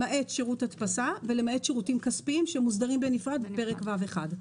למעט שירות הדפסה ולמעט שירותים כספיים שמוסדרים בנפרד בפרק ו'1.